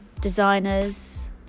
Designers